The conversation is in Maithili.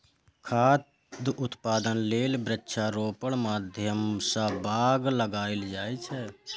खाद्य उत्पादन लेल वृक्षारोपणक माध्यम सं बाग लगाएल जाए छै